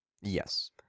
Yes